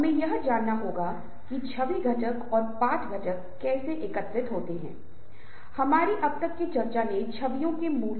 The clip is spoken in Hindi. इसलिए मैं समूह से संबंधित इसके प्रकृति अर्थ के बारे में विस्तार से चर्चा करने जा रहा हूं